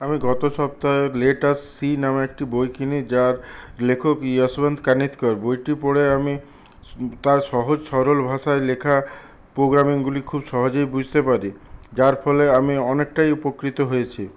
আমি গত সপ্তাহে লেট আসছি নামে একটি বই কিনি যার লেখক ইয়াসবন্ত কানেতকর বইটি পড়ে আমি তাঁর সহজ সরল ভাষায় লেখা প্রোগ্রামিংগুলি খুব সহজেই বুঝতে পারি যার ফলে আমি অনেকটাই উপকৃত হয়েছি